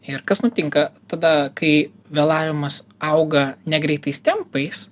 ir kas nutinka tada kai vėlavimas auga ne greitais tempais